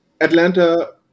Atlanta